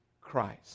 Christ